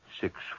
Six